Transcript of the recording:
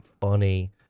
funny